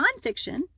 nonfiction